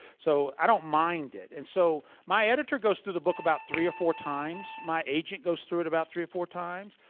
so, i don't mind it and so my editor goes through the book about three or four times, my agent goes through it about three or four times.